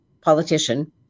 politician